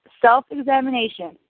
self-examination